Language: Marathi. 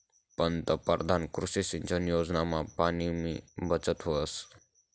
पंतपरधान कृषी सिंचन योजनामा पाणीनी बचत व्हस